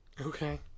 okay